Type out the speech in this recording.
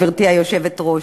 גברתי היושבת-ראש.